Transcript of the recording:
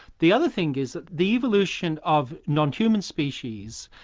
the other thing is that the evolution of non-human species,